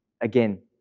again